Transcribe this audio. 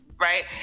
right